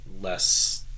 less